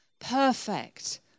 perfect